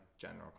general